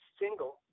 single